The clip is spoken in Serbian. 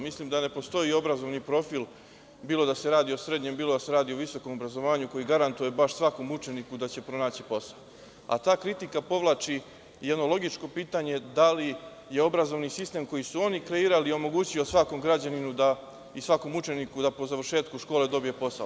Mislim da ne postoji obrazovni profil, bilo da se radi o srednjem, bilo da se radi o visokom obrazovanju, koji garantuje baš svakom učeniku da će pronaći posao, a ta kritika povlači jedno logičko pitanje - da li je obrazovni sistem koji su oni kreirali omogućio svakom građaninu i svakom učeniku da po završetku škole dobije posao?